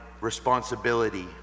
responsibility